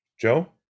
joe